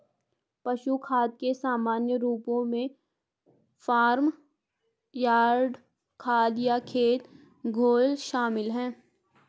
पशु खाद के सामान्य रूपों में फार्म यार्ड खाद या खेत घोल शामिल हैं